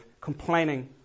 complaining